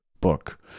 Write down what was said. book